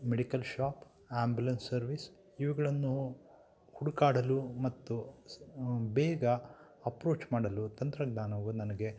medical shop ambulance service ಇವುಗಳನ್ನು ಹುಡುಕಾಡಲು ಮತ್ತು ಬೇಗ ಅಪ್ರೋಚ್ ಮಾಡಲು ತಂತ್ರಜ್ಞಾನವು ನನಗೆ